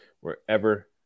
wherever